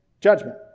judgment